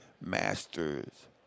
masters